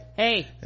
hey